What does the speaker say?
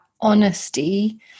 honesty